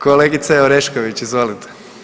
Kolegice Orešković, izvolite.